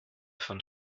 von